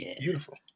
beautiful